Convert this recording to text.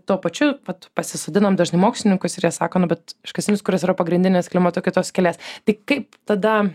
tuo pačiu vat pasisodinam dažnai mokslininkus ir jie sako nu bet iškastinis kuras yra pagrindinis klimato kaitos kelias tai kaip tada